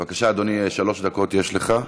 בבקשה, אדוני, שלוש דקות יש לך.